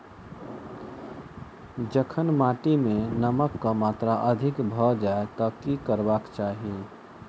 जखन माटि मे नमक कऽ मात्रा अधिक भऽ जाय तऽ की करबाक चाहि?